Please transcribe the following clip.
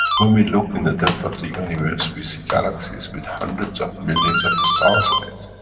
when we look in the depth of the universe, we see galaxies with hundreds of millions of stars in it.